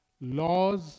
laws